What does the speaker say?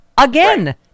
Again